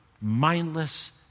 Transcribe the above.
mindless